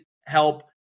help